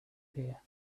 here